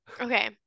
Okay